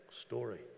story